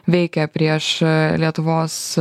veikia prieš lietuvos